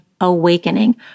awakening